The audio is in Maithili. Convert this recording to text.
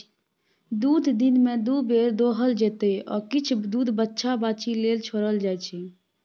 दुध दिनमे दु बेर दुहल जेतै आ किछ दुध बछ्छा बाछी लेल छोरल जाइ छै